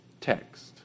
text